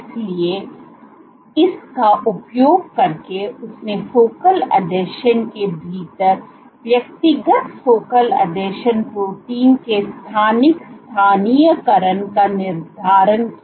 इसलिए इसका उपयोग करके उसने फोकल आसंजन के भीतर व्यक्तिगत फोकल आसंजन प्रोटीन के स्थानिक स्थानीयकरण का निर्धारण किया